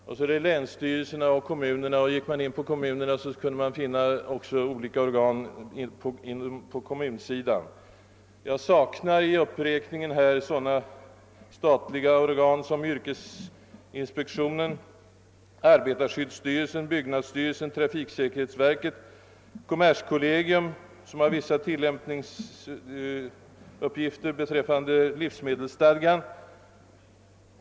Vidare är det länsstyrelserna och kommunerna, och om man skulle ha gått in på kommunerna, skulle man finna olika organ även på kommunsidan. Jag saknar i uppräkningen här sådana statliga organ som yrkesinspektionen, arbetarskyddsstyrelsen, byggnadsstyrelsen, trafiksäkerhetsverket och kommerskollegium, som har vissa tillämpningsuppgifter beträffande livsmedelsstadgan.